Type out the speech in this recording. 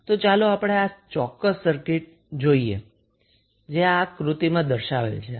તો ચાલો આપણે આ ચોક્કસ સર્કિટને આપણે જોઈએ જે આ આક્રુતિમાં દર્શાવેલ છે